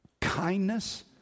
kindness